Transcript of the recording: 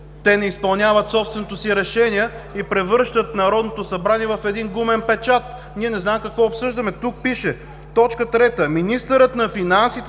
Те не изпълняват собственото си решение и превръщат Народното събрание в един гумен печат. Не знаем какво обсъждаме! Тук пише, точка трета: